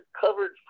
covered